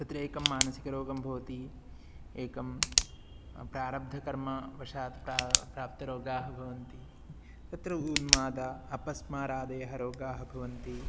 तत्र एकः मानसिकरोगः भवति एकं प्रारब्धकर्मवशात् प्रा प्राप्तरोगाः भवन्ति तत्र उन्मादः अपस्मारादयः रोगाः भवन्ति